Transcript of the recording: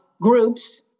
groups